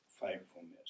faithfulness